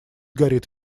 горит